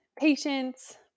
patience